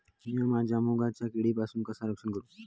मीया माझ्या मुगाचा किडीपासून कसा रक्षण करू?